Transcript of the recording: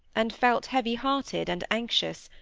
and felt heavy-hearted and anxious,